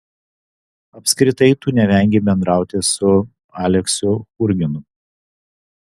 apskritai tu nevengei bendrauti su aleksiu churginu